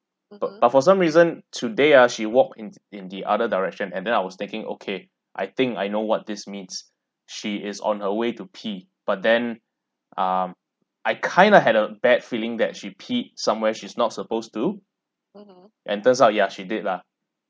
but but for some reason today ah she walk in in the other direction and then I was thinking okay I think I know what this means she is on her way to pee but then um I kind of had a bad feeling that she peed somewhere she's not supposed to and turns out ya she did lah